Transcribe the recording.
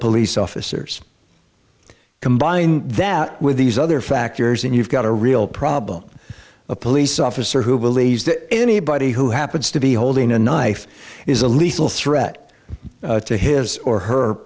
police officers combine that with these other factors and you've got a real problem a police officer who believes that anybody who happens to be holding a knife is a lethal threat to his or her